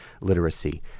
literacy